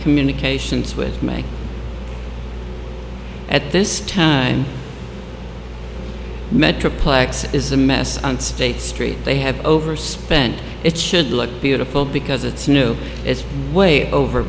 communications with me at this time metroplex is a mess on state street they have overspent it should look beautiful because it's new it's way over